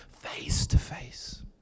face-to-face